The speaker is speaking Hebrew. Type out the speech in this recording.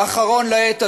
ואחרון לעת הזאת,